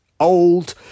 Old